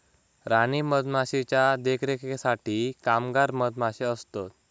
राणी मधमाशीच्या देखरेखीसाठी कामगार मधमाशे असतत